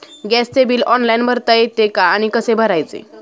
गॅसचे bill online भरता येते का आणि कसे भरायचे?